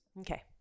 Okay